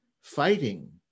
fighting